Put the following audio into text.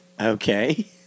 okay